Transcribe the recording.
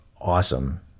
Awesome